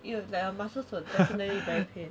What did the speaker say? you like you muscles will definitely feel very pain